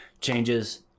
changes